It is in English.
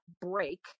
break